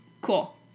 Cool